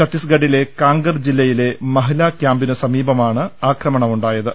ഛത്തീസ്ഗ ഡിലെ കാംഗർ ജില്ലയിലെ മഹ്ല ക്യാമ്പിനുസമീപമാണ് ആക്രമണമുണ്ടാ യത്